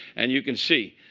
and you can see